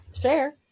Share